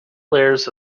layers